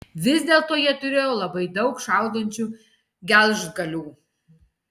vis dėlto jie turėjo labai daug šaudančių gelžgalių